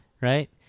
right